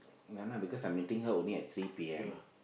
ya lah because I'm meeting her only at three P_M